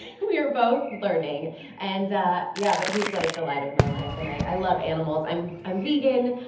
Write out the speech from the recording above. we are both learning and yeah, but he's like the light of my life and i love animals, i'm um vegan,